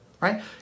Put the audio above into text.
right